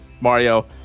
mario